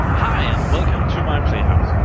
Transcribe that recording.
hi and welcome to my playhouse.